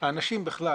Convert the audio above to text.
האנשים בכלל,